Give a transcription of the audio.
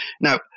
now